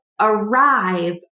arrive